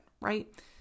right